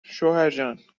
شوهرجاننایلون